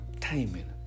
timing